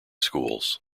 schools